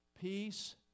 peace